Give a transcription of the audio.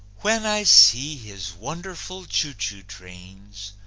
when i see his wonderful choo-choo trains,